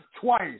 Twice